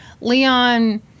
Leon